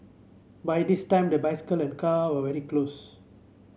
by this time the bicycle and car were very close